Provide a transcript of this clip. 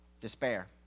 despair